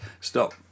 stop